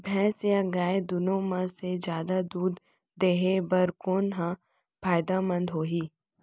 भैंस या गाय दुनो म से जादा दूध देहे बर कोन ह फायदामंद होही?